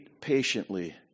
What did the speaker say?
patiently